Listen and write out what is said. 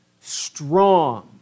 strong